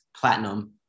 Platinum